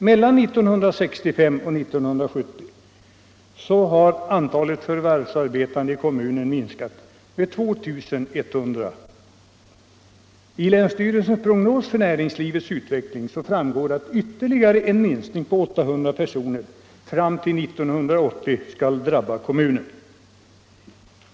Mellan 1965 och 1970 har antalet förvärvsarbetande i kommunen minskat med 2 100 personer. Av länsstyrelsens prognos för näringslivets utveckling framgår att ytterligare en minskning på 800 personer fram till 1980 skall drabba kommunen.